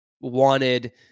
wanted